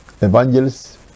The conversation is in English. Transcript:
evangelists